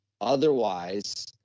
Otherwise